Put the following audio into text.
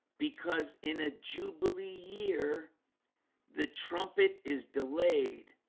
because in a jubilee year the trumpet is delayed